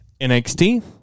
NXT